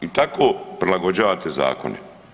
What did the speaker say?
I tako prilagođavate zakone.